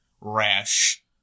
rash